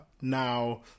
Now